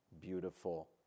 beautiful